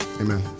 Amen